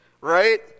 Right